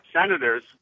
senators